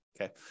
Okay